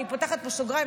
אני פותחת פה סוגריים,